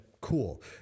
cool